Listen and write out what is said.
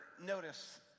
notice